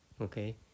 okay